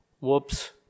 Whoops